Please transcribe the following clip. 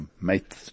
Mate